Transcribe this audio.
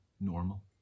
normal